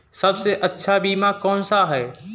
सबसे अच्छा बीमा कौनसा है?